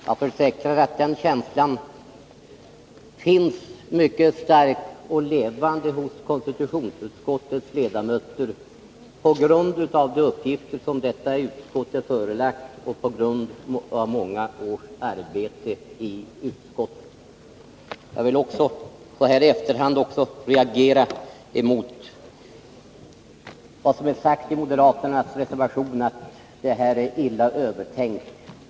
Jag försäkrar att den känslan finns mycket stark och levande hos konstitutionsutskottets ledamöter på grund av de uppgifter som detta utskott har sig förelagda och på grund av många års arbete från ledamöternas sida i utskottet. Jag vill också så här i efterhand reagera mot vad som är sagt i moderaternas reservation och i debatten, att detta är illa övertänkt.